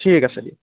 ঠিক আছে দিয়া